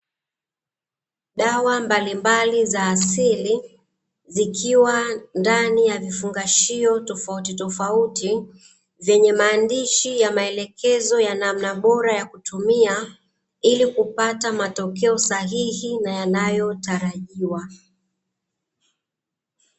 Dawa mbalimbali za asili zikiwa ndani ya vifungashio tofauti tofauti, zenye maandishi ya maelekezo ya namna bora ya kutumia. Ili kupata matokeo sahihi na yanayotalajiwa.